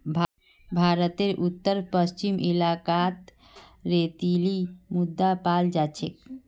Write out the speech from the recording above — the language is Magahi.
भारतेर उत्तर पश्चिम इलाकात रेतीली मृदा पाल जा छेक